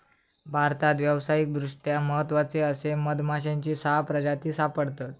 भारतात व्यावसायिकदृष्ट्या महत्त्वाचे असे मधमाश्यांची सहा प्रजाती सापडतत